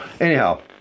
Anyhow